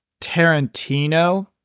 Tarantino